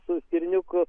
su stirniuku